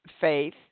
Faith